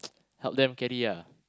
help them carry